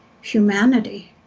humanity